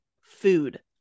food